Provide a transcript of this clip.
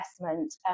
investment